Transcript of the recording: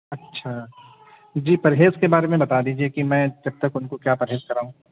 اچھا جی پرہیز کے بارے میں بتا دیجیے کہ میں جب تک ان کو کیا پرہیز کراؤں